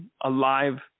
alive